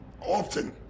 often